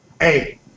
Hey